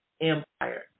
empire